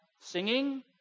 singing